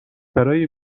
برای